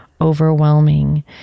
overwhelming